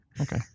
Okay